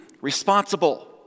responsible